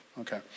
Okay